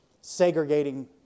segregating